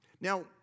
Now